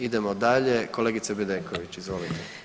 Idemo dalje, kolegice Bedeković izvolite.